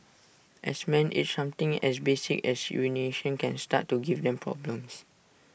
as men age something as basic as urination can start to give them problems